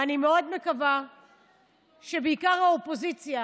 ואני מאוד מקווה שבעיקר האופוזיציה